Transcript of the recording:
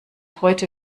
heute